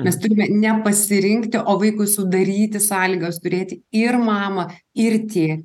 mes turime ne pasirinkti o vaikui sudaryti sąlygas turėti ir mamą ir tė